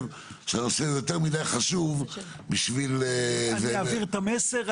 שהנושא הזה יותר מידי חשוב בשביל --- אני אעביר את המסר.